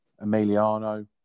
Emiliano